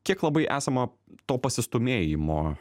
kiek labai esama to pasistūmėjimo